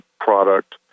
product